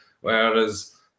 whereas